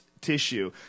tissue